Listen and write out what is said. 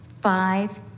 Five